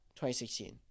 2016